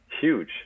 huge